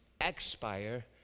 expire